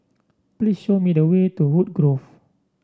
please show me the way to Woodgrove